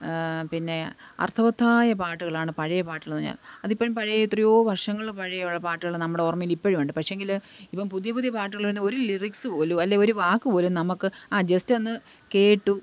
പിന്നെ അർത്ഥവത്തായ പാട്ടുകളാണ് പഴയ പാട്ടുകളെന്നു പറഞ്ഞാൽ അതിപ്പോഴും പഴയ എത്രയോ വർഷങ്ങൾ പഴയ പാട്ടുകൾ നമ്മുടെ ഓർമ്മയിൽ ഇപ്പോഴുണ്ട് പക്ഷേയെങ്കിൽ ഇപ്പം പുതിയ പുതിയ പാട്ടുകൾ തന്നെ ഒരു ലിറിക്സ് പോലും അല്ലെ ഒരു വാക്കുപോലും നമുക്ക് ആ ജസ്റ്റൊന്ന് കേട്ടു